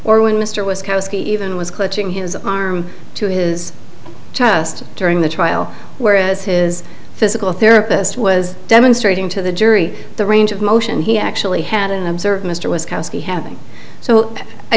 or when mr was koski even was clutching his arm to his chest during the trial whereas his physical therapist was demonstrating to the jury the range of motion he actually had and observed mr was koski having so i